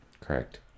Correct